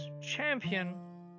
champion